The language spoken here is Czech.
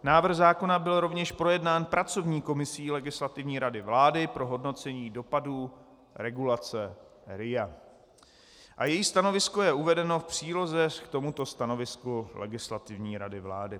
Návrh zákona byl rovněž projednán pracovní komisí Legislativní rady vlády pro hodnocení dopadů regulace RIA a její stanovisko je uvedeno v příloze k tomuto stanovisku Legislativní rady vlády.